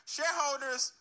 Shareholders